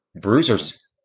bruisers